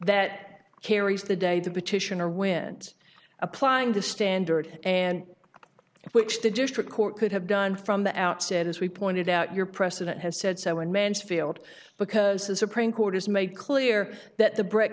that carries the day the petitioner wins applying the standard and which the district court could have done from the outset as we pointed out your precedent has said so in mansfield because the supreme court has made clear that the brick